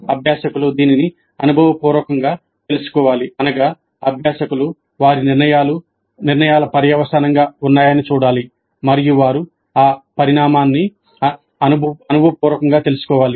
అభ్యాసకులు దీనిని అనుభవ పూర్వకంగా తెలుసుకోవాలి అనగా అభ్యాసకులు వారి నిర్ణయాలు పర్యవసానంగా ఉన్నాయని చూడాలి మరియు వారు ఆ పరిణామాన్ని అనుభవ పూర్వకంగా తెలుసుకోవాలి